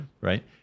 right